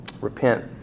Repent